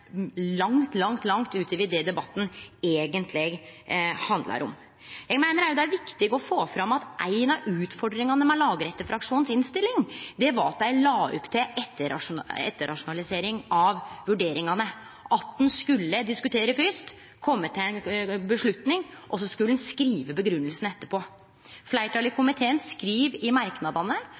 langt, langt utover det debatten eigentleg handlar om. Eg meiner òg det er viktig å få fram at ei av utfordringane med lagrettefraksjonen si innstilling var at dei la opp til etterrasjonalisering av vurderingane: at ein skulle diskutere fyrst, kome til ei avgjerd, og så skulle ein skrive grunngjevinga etterpå. Fleirtalet i komiteen skriv i